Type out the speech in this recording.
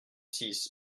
six